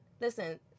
listen